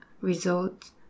results